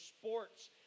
sports